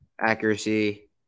Accuracy